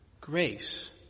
grace